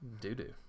doo-doo